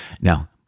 Now